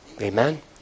Amen